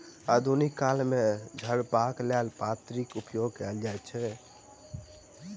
आधुनिक काल मे झपबाक लेल पन्नीक उपयोग कयल जाइत अछि